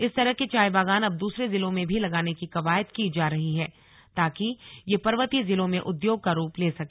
इस तरह के चाय बागान अब दूसरे जिलों में भी लगाने की कवायद की जा रही है ताकि यह पर्वतीय जिलों में उद्योग का रूप ले सके